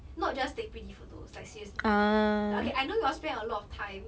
not just take pretty photos like seriously like okay I know you will spend a lot of time